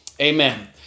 Amen